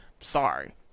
sorry